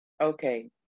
okay